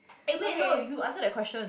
eh wait no you answer that question